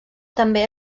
també